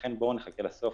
ולכן בואו נחכה לסוף,